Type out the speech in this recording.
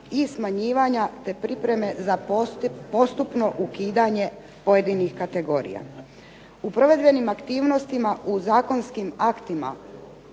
i smanjivanja, te pripreme za postupno ukidanje pojedinih kategorija. U provedbenim aktivnostima u zakonskim aktima